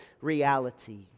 reality